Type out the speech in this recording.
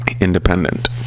independent